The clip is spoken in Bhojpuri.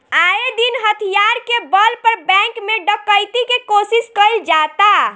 आये दिन हथियार के बल पर बैंक में डकैती के कोशिश कईल जाता